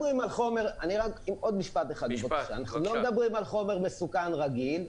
עוד משפט אחד - אנחנו לא מדברים על חומר מסוכן רגיל,